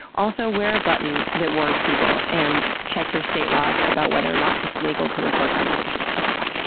also wear a button that warns people, and check your state laws about whether or not it's legal to record conversations. okay, bye.